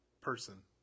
person